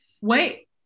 Wait